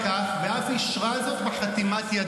הכתבה היא עם הרבה הרבה מידע לא מבוסס.